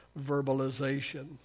verbalization